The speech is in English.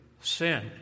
sin